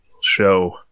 show